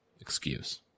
excuse